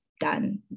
done